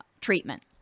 treatment